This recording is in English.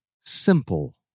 simple